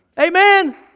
Amen